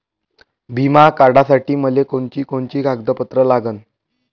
बिमा काढासाठी मले कोनची कोनची कागदपत्र लागन?